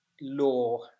law